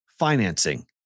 financing